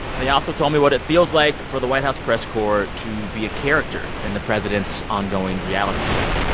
they also told me what it feels like for the white house press corps to be a character in the president's ongoing reality show.